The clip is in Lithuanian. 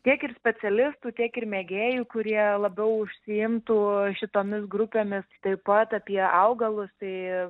tiek ir specialistų tiek ir mėgėjų kurie labiau užsiimtų šitomis grupėmis taip pat apie augalus tai